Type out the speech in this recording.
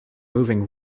moving